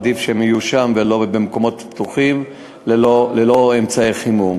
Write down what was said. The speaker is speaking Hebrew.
עדיף שהם יהיו שם ולא במקומות פתוחים ללא אמצעי חימום.